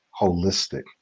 holistic